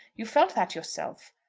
you felt that yourself.